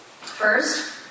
First